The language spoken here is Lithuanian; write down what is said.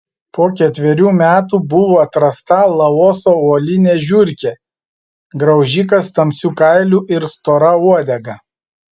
po ketverių metų buvo atrasta laoso uolinė žiurkė graužikas tamsiu kailiu ir stora uodega